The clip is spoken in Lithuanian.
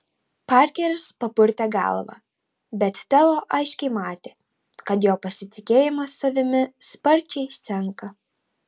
parkeris papurtė galvą bet teo aiškiai matė kad jo pasitikėjimas savimi sparčiai senka